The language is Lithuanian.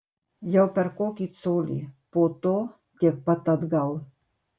jau per kokį colį po to tiek pat atgal